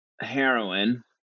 heroin